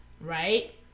right